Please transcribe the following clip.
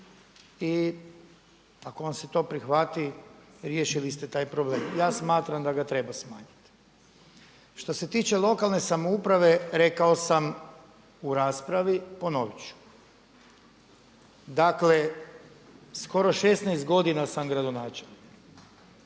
i ako vam se to prihvati riješili ste taj problem. Ja smatram da ga treba smanjiti. Što se tiče lokalne samouprave rekao sam u raspravi ponovit ću, dakle skoro 16 godina sam gradonačelnik